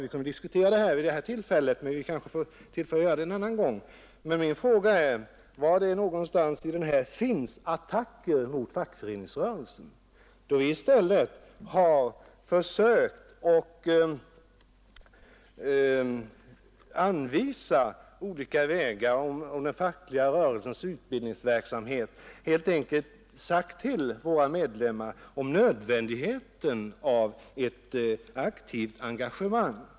Vi kan därför inte nu diskutera vad som står i broschyren, men vi kanske får tillfälle att göra det en annan gång. Jag måste emellertid fråga: Var någonstans i broschyren förekommer attacker mot fackföreningsrörelsen? Vi har ju bara där försökt att anvisa vilka vägar som finns i den fackliga rörelsens utbildningsverksamhet. Vi har helt enkelt berättat för våra medlemmar om nödvändigheten av ett aktivt engagemang.